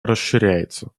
расширяется